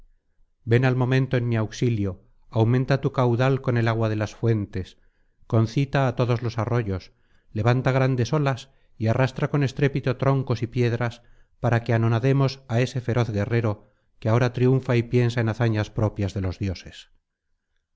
ven al momento en mi auxilio aumenta tu caudal con el agua de las fuentes concita á todos los arroyos levanta grandes olas y arrastra con estrépito troncos y piedras para que anonademos á ese feroz guerrero que ahora triunfa y piensa en hazañas propias de los dioses